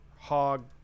hog